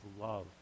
love